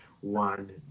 one